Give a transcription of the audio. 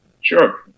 Sure